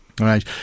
Right